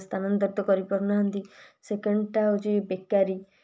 ସ୍ଥାନାନ୍ତରିତ କରିପାରୁନାହାଁନ୍ତି ସେକେଣ୍ଡଟା ହେଉଛି ବେକାରୀ